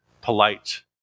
polite